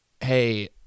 hey